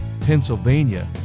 Pennsylvania